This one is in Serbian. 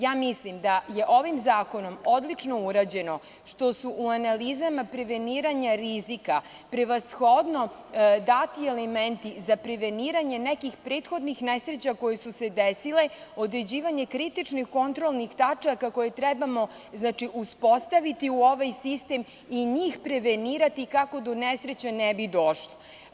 Ja mislim da je ovim zakonom odlično urađeno što su u analizama preveniranja rizika prevashodno dati elementi za preveniranje nekih prethodnih nesreća koje su se desile, određivanje kritičnih kontrolnih tačaka koje trebamo uspostaviti u ovaj sistem i njih prevenirati kako do nesreće ne bi došlo.